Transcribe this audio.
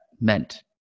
meant